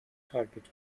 target